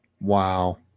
Wow